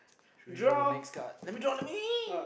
should we draw the next card let me draw let me